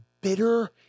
bitter